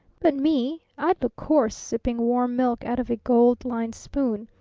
but me? i'd look coarse sipping warm milk out of a gold-lined spoon.